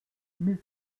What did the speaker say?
mist